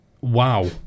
Wow